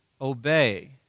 obey